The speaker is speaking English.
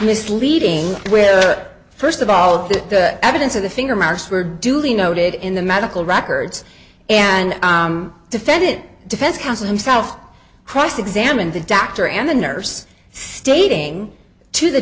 misleading where first of all the evidence of the finger marks were duly noted in the medical records and defendant defense counsel himself cross examine the doctor and the nurse stating to the